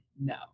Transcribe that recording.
no